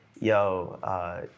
yo